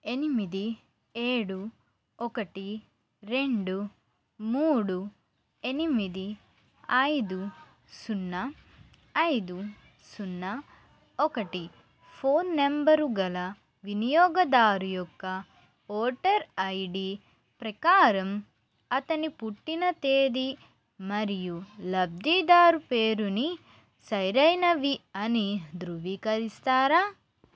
ఎనిమిది ఏడు ఒకటి రెండు మూడు ఎనిమిది ఐదు సున్నా ఐదు సున్నా ఒకటి ఫోన్ నెంబరు గల వినియోగదారు యొక్క ఓటర్ ఐడి ప్రకారం అతని పుట్టిన తేదీ మరియు లబ్ధిదారు పేరుని సరైనవి అని ధృవీకరిస్తారా